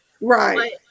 Right